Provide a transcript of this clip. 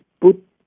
put